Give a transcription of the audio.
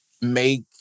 make